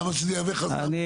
למה שזה יהווה חסם פה?